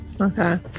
Okay